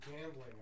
gambling